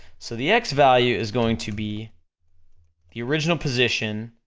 so the x value is going to be the original position